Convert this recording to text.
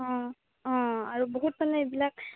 অঁ অঁ আৰু বহুত মানে এইবিলাক